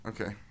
Okay